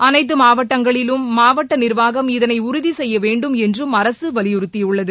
அனைத்து மாவட்டங்களிலும் மாவட்ட நிர்வாகம் இதனை உறுதி செய்ய வேண்டும் என்றம் அரசு வலியுறுத்தியுள்ளது